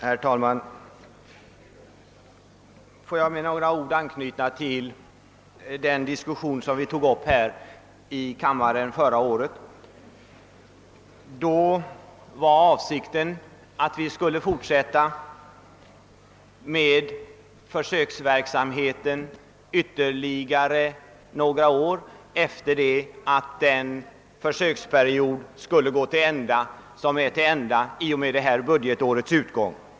Herr talman! Jag skulle vilja med några ord anknyta till den diskussion som förekom här i kammaren förra året. Avsikten var då att vi skulle fortsätta med försöksverksamheten under ytterligare några år efter utgången av den försöksperiod som är till ända i och med detta budgetårs utgång.